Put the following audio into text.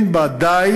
אין בה די,